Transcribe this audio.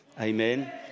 Amen